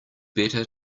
better